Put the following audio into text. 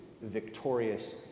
victorious